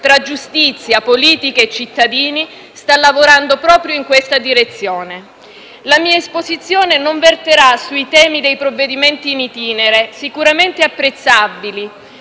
tra giustizia, politica e cittadini, sta lavorando proprio in questa direzione. La mia esposizione non verterà sui temi dei provvedimenti *in itinere*, sicuramente apprezzabili